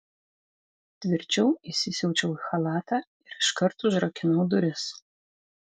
tvirčiau įsisiaučiau į chalatą ir iškart užrakinau duris